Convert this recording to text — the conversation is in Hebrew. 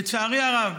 לצערי הרב,